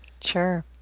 Sure